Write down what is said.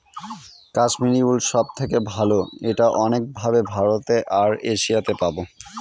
Kashmiri wool সব থেকে ভালো এটা অনেক ভাবে ভারতে আর এশিয়াতে পাবো